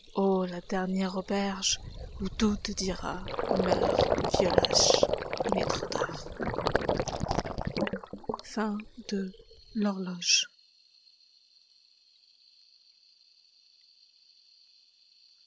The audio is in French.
la dernière auberge où tout te dira meurs vieux lâche il est trop tard